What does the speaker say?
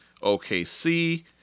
OKC